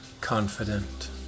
confident